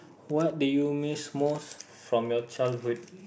what do you miss most from your childhood